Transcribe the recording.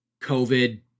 COVID